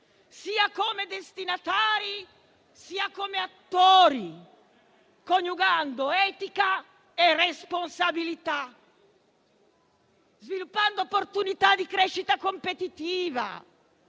sia come destinatari, sia come attori, coniugando etica e responsabilità. A tal fine occorre sviluppare opportunità di crescita competitiva,